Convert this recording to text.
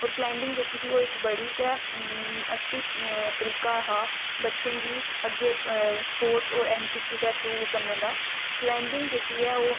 होर क्लाइंबिंग जेह्की ही ओह् इक बड़ी गै अच्छी तरीका हा बच्चें गी अग्गें स्पोर्टस होर ऐन्न सी सी दे थ्रू करने दा क्लाइंबिंग जेह्की ऐ ओह्